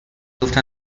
گفتن